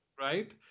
right